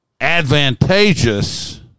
advantageous